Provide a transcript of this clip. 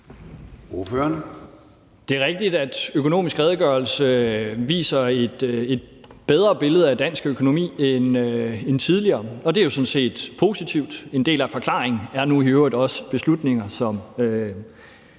Det er rigtigt, at Økonomisk Redegørelse viser et bedre billede af dansk økonomi end tidligere, og det er jo sådan set positivt. En del af forklaringen er nu i øvrigt også beslutninger, som